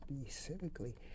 specifically